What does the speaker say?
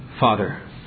Father